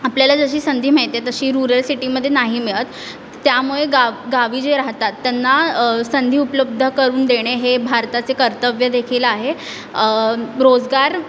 आपल्याला जशी संधी मिळते तशी रुरल सिटीमध्ये नाही मिळत त्यामुळे गा गावी जे राहतात त्यांना संधी उपलब्ध करून देणे हे भारताचे कर्तव्य देखील आहे रोजगार